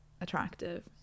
attractive